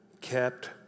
kept